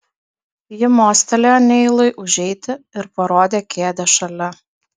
ji mostelėjo neilui užeiti ir parodė kėdę šalia